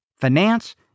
finance